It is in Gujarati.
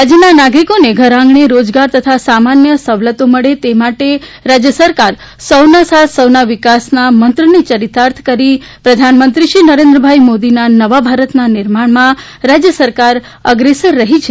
રાજ્યના નાગરિકોને ઘરઆંગણે રોજગાર તથા સામાન્ય સવલતો મળે તે માટે રાજયસરકાર સૌનો સાથ સૌનો વિકાસ ના મંત્રને ચરિતાર્થ કરી પ્રધાનમંત્રીશ્રી નરેન્દ્રભાઇ મોદીના નયા ભારત ના નિર્માણમાં રાજ્ય સરકાર અગ્રેસર રહી છે